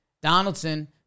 Donaldson